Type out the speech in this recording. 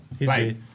Right